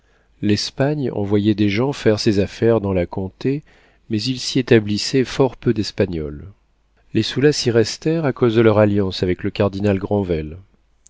l'espagne envoyait des gens faire ses affaires dans la comté mais il s'y établissait fort peu d'espagnols les soulas y restèrent à cause de leur alliance avec le cardinal